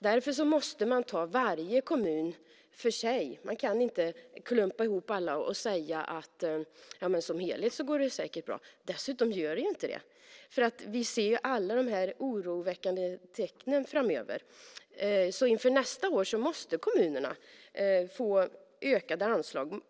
Därför måste man ta varje kommun för sig. Man kan inte klumpa ihop alla och säga att det som helhet säkert går bra. Dessutom gör det inte det! Vi ser alla de här oroväckande tecknen, så inför nästa år måste kommunerna få ökade anslag.